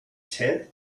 tenth